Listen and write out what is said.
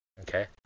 Okay